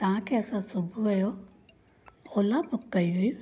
तव्हां खे असां सुबुह जो ओला बुक कई हुई